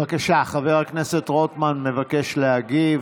בבקשה, חבר הכנסת רוטמן מבקש להגיב.